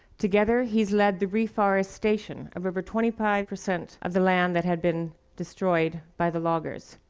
together, he's led the reforestation of over twenty five percent of the land that had been destroyed by the loggers.